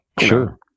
Sure